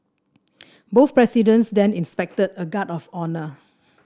both presidents then inspected a guard of honour